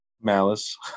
Malice